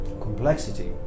Complexity